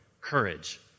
courage